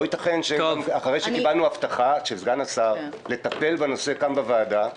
לא ייתכן שאחרי שקיבלנו הבטחה של סגן שר האוצר לטפל בנושא כאן בוועדה,